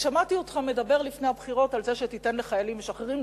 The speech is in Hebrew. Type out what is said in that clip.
שמעתי אותך מדבר לפני הבחירות על זה שתיתן לחיילים משוחררים,